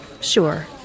sure